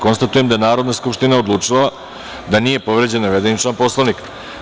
Konstatujem da je Narodna skupština odlučila da nije povređeni navedeni član Poslovnika.